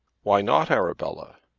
why not, arabella?